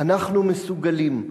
אנחנו מסוגלים,